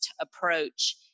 approach